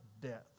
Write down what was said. death